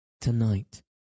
Tonight